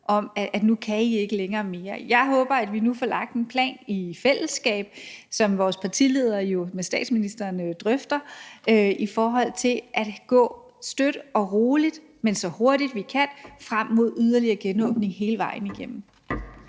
om, at nu kan I ikke længere mere. Jeg håber, at vi nu får lagt en plan i fællesskab, som vores partiledere jo drøfter med statsministeren, i forhold til at gå støt og roligt, men så hurtigt vi kan, frem mod en yderligere genåbning hele vejen igennem.